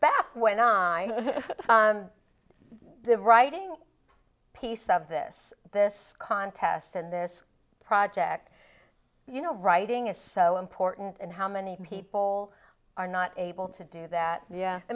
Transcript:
back when on the writing piece of this this contest and this project you know writing is so important and how many people are not able to do that